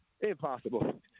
Impossible